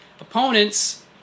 Opponents